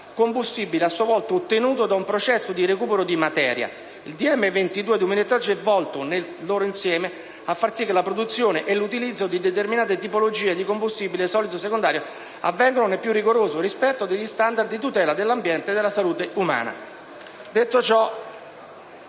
combustibile, a sua volta ottenuto da un processo di recupero di materia. Il decreto ministeriale n. 22 del 2013 è volto a far sì che la produzione e l'utilizzo di determinate tipologie di combustibile solido secondario avvengano nel più rigoroso rispetto degli *standard* di tutela dell'ambiente e della salute umana.